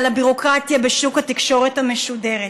על הביורוקרטיה בשוק התקשורת המשודרת,